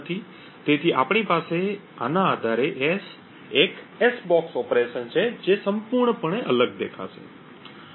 તેથી આપણી પાસે આના આધારે એક s box ઓપરેશન છે જે સંપૂર્ણપણે અલગ દેખાશે